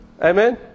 Amen